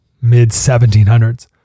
mid-1700s